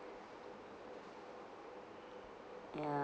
ya